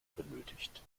benötigt